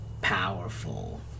powerful